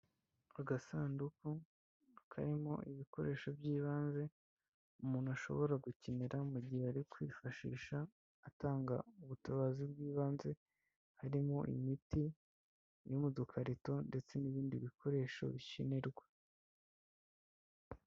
Agasanduku karimo ibikoresho by'ibanze, umuntu ashobora gukenera mu gihe ari kwifashisha, atanga ubutabazi bw'ibanze, harimo imiti iri mu dukarito ndetse n'ibindi bikoresho bikenerwa.